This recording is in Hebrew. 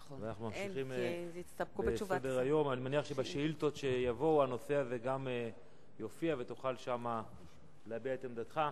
אני מניח שבשאילתות שיבואו הנושא הזה גם יופיע ותוכל שם להביע את עמדתך.